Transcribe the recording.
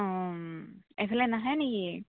অ এইফালে নাহে নেকি